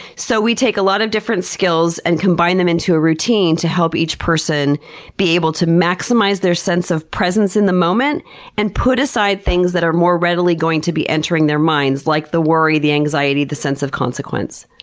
so we take a lot of different skills and combine them into a routine to help each person be able to maximize their sense of presence in the moment and put aside things that are more read ily going to be entering their minds, like the worry, the anxiety, the sense of consequence.